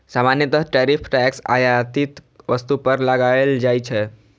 सामान्यतः tariff tax आयातित वस्तु पर लगाओल जाइ छै